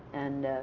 and